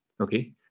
Okay